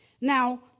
now